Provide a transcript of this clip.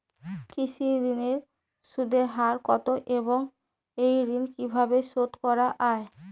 কৃষি ঋণের সুদের হার কত এবং এই ঋণ কীভাবে শোধ করা য়ায়?